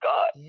God